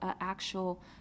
actual